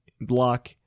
Block